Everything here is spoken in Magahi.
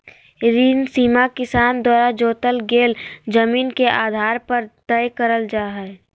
ऋण सीमा किसान द्वारा जोतल गेल जमीन के आधार पर तय करल जा हई